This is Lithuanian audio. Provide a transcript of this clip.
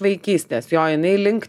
vaikystės jo jinai link